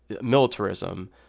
militarism